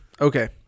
Okay